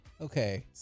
Okay